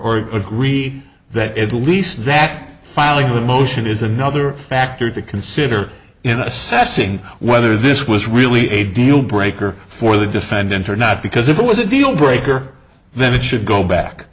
or agree that at least back filing the motion is another factor to consider in assessing whether this was really a deal breaker for the defendant or not because if it was a deal breaker then it should go back